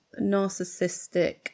narcissistic